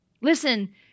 Listen